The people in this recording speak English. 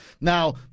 Now